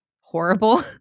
horrible